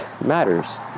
matters